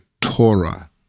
Torah